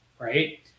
right